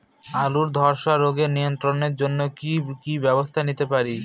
আলুর ধ্বসা রোগ নিয়ন্ত্রণের জন্য কি কি ব্যবস্থা নিতে পারি?